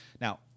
Now